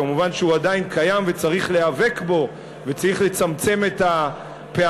כמובן הוא עדיין קיים וצריך להיאבק בו וצריך לצמצם את הפערים,